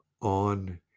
on